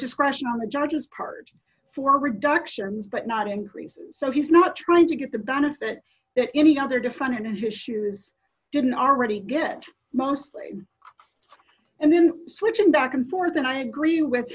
discretion on the judge's part for reductions but not increases so he's not trying to get the benefit that any other defendant in his shoes didn't already get mostly and then switching back and forth and i agree with